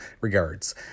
regards